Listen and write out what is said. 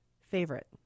favorite